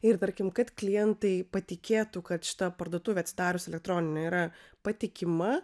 ir tarkim kad klientai patikėtų kad šita parduotuvė atsidariusi elektroninė yra patikima